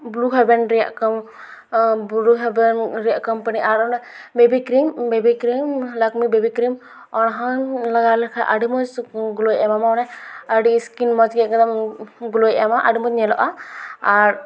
blue Heaven ᱨᱮᱭᱟᱜ ᱠᱟᱣᱩᱱ ᱵᱨᱩ ᱦᱮᱵᱷᱮᱱ ᱨᱮᱭᱟᱜ ᱠᱳᱢᱯᱟᱱᱤ ᱟᱨ ᱚᱱᱟ ᱵᱮᱵᱤᱠᱨᱤᱢ ᱵᱮᱵᱤᱠᱨᱤᱢ ᱞᱟᱠᱢᱤ ᱵᱮᱵᱤᱠᱨᱤᱢ ᱚᱱᱟ ᱦᱚᱸᱢ ᱞᱟᱜᱟᱣ ᱞᱮᱠᱷᱟᱱ ᱟᱰᱤ ᱢᱚᱡᱽ ᱥᱩᱯᱩ ᱜᱞᱳᱭ ᱮᱢᱟ ᱟᱰᱤ ᱥᱠᱤᱱ ᱢᱚᱡᱽᱜᱮ ᱮᱠᱫᱚᱢ ᱜᱞᱳᱭ ᱮᱢᱟ ᱟᱰᱤ ᱢᱚᱡᱽ ᱧᱮᱞᱚᱜᱼᱟ ᱟᱨ